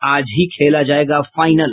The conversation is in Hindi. आज ही खेला जायेगा फाइनल